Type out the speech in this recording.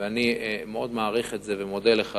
ואני מאוד מעריך את זה ומודה לך,